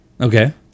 Okay